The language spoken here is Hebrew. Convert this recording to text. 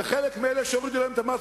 וחלק מאלה שהורידו להם את המס,